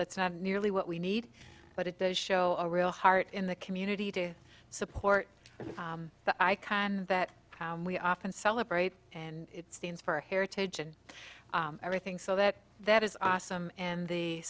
that's not nearly what we need but it does show a real heart in the community to support the icon that we often celebrate and it stands for heritage and everything so that that is awesome and the